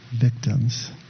victims